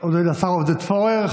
עודד פורר.